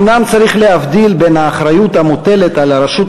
אומנם צריך להבדיל בין האחריות המוטלת על הרשות